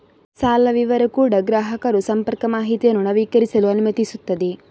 ಸಾಲ ವಿವರ ಕೂಡಾ ಗ್ರಾಹಕರು ಸಂಪರ್ಕ ಮಾಹಿತಿಯನ್ನು ನವೀಕರಿಸಲು ಅನುಮತಿಸುತ್ತದೆ